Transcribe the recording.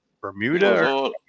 bermuda